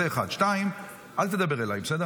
זה, 1.. 2. אל תדבר אליי, בסדר?